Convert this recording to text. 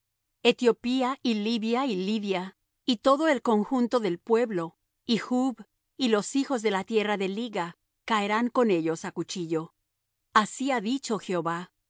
etiopía y libia y lidia y todo el conjunto de pueblo y chb y los hijos de la tierra de la liga caerán con ellos á cuchillo así ha dicho jehová